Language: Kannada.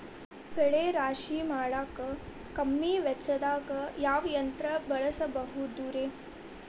ಬೆಳೆ ರಾಶಿ ಮಾಡಾಕ ಕಮ್ಮಿ ವೆಚ್ಚದಾಗ ಯಾವ ಯಂತ್ರ ಬಳಸಬಹುದುರೇ?